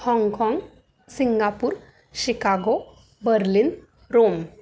Hong Kong Singapore Chicago Berlin Rome